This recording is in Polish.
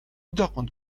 dokąd